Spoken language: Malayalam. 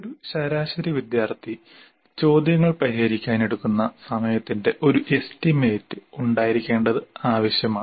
ഒരു ശരാശരി വിദ്യാർത്ഥി ചോദ്യങ്ങൾ പരിഹരിക്കാൻ എടുക്കുന്ന സമയത്തിന്റെ ഒരു എസ്റ്റിമേറ്റ് ഉണ്ടായിരിക്കേണ്ടത് ആവശ്യമാണ്